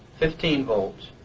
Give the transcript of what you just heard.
fifteen volts.